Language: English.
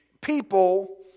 people